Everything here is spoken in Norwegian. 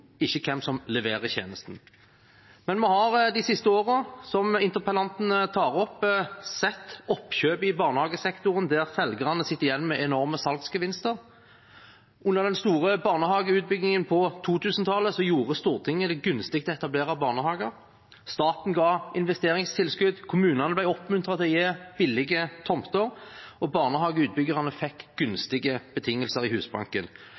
ikke hvem som leverer tjenesten. Men vi har de siste årene, som interpellanten tar opp, sett oppkjøp i barnehagesektoren der selgerne sitter igjen med enorme salgsgevinster. Under den store barnehageutbyggingen på 2000-tallet gjorde Stortinget det gunstig å etablere barnehager. Staten ga investeringstilskudd. Kommunene ble oppmuntret til å gi billige tomter, og barnehageutbyggerne fikk gunstige betingelser i Husbanken.